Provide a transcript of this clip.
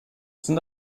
sind